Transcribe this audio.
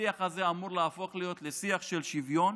השיח הזה אמור להפוך להיות שיח של שוויון